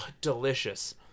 delicious